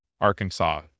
Arkansas